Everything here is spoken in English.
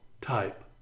type